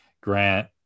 grant